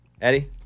Eddie